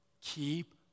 keep